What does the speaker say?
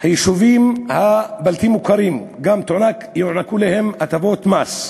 היישובים הבלתי-מוכרים יוענקו הטבות מס,